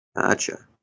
Gotcha